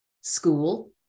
school